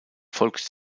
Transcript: folgt